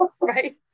Right